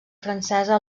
francesa